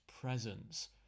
presence